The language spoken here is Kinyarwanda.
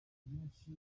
byinshi